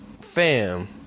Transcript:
fam